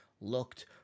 looked